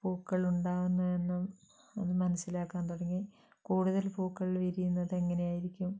പൂക്കളുണ്ടാകുന്നതെന്നും എന്നു മനസിലാക്കാൻ തുടങ്ങി കൂടുതൽ പൂക്കൾ വിരിയുന്നത് എങ്ങനെയായിരിക്കും